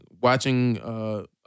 watching